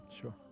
Sure